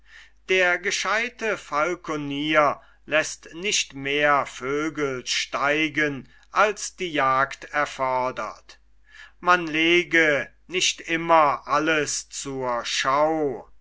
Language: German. der gescheute falkonier läßt nicht mehr vögel steigen als die jagd erfordert man lege nicht immer alles zur schau